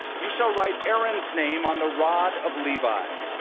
you shall write aaron's name on the rod of levi.